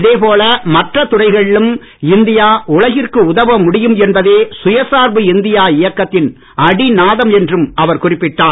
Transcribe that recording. இதேபோல மற்ற துறைகளிலும் இந்தியா உலகிற்கு உதவ முடியும் என்பதே சுயசார்பு இந்தியா இயக்கத்தின் அடிநாதம் என்றும் அவர் குறிப்பிட்டார்